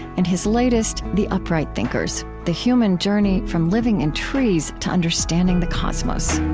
and his latest, the upright thinkers the human journey from living in trees to understanding the cosmos